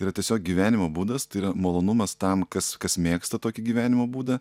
yra tiesiog gyvenimo būdas tai yra malonumas tam kas kas mėgsta tokį gyvenimo būdą